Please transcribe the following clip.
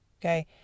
okay